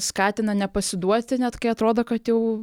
skatina nepasiduoti net kai atrodo kad jau